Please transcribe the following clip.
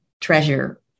treasure